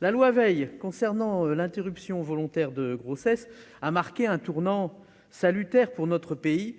La loi Veil, relative à l'interruption volontaire de grossesse, a marqué un tournant salutaire pour notre pays